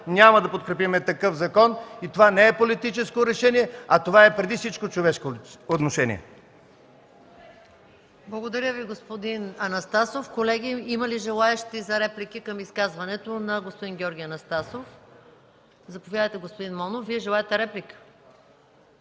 няма да подкрепим такъв закон. Това не е политическо решение, а преди всичко човешко отношение. ПРЕДСЕДАТЕЛ МАЯ МАНОЛОВА: Благодаря Ви, господин Анастасов. Колеги, има ли желаещи за реплики към изказването на господин Георги Анастасов? Заповядайте, господин Монов – Вие желаете реплика.